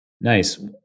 Nice